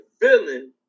feeling